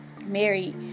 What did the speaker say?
Mary